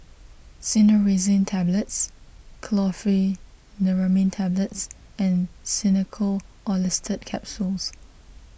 Cinnarizine Tablets Chlorpheniramine Tablets and Xenical Orlistat Capsules